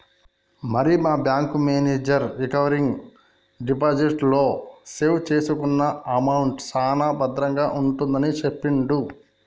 మరి మా bank manager recurring deposit లో సేవ్ చేసుకున్న అమౌంట్ సాన భద్రంగా ఉంటుందని సెప్పిండు